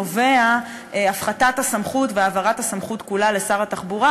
נובעת הפחתת הסמכות והעברת הסמכות כולה לשר התחבורה,